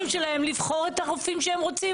שלהם לבחור את הרופאים שהם רוצים.